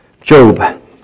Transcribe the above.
Job